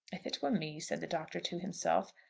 if it were me, said the doctor to himself,